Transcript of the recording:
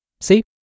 See